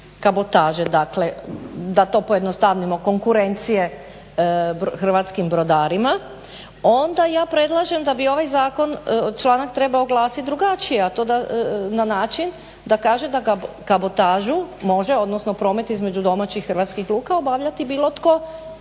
kabotaže dakle, da to pojednostavimo, konkurencije hrvatskim brodarima. Onda ja predlažem da bi ovaj zakon članak trebao glasiti drugačije a to na način da kaže da kabotažu može odnosno promet između domaćih hrvatskih luka obavljati bilo tko,